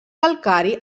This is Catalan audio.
calcari